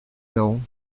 não